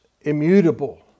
immutable